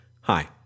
Hi